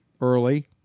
early